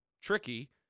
tricky